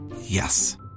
Yes